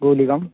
गुलिकाम्